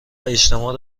اجتماع